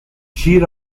cheer